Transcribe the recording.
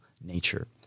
nature